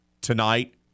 tonight